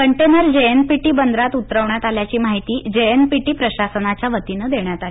container JNPT बंदरात उतरवण्यात आल्याची माहिती जेएनपीटी प्रशासनाच्या वतीनं देण्यात आली